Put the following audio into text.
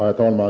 Herr talman!